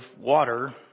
water